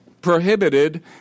prohibited